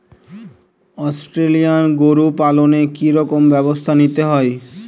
Australian গরু পালনে কি রকম ব্যবস্থা নিতে হয়?